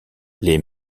les